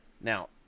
Now